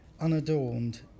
unadorned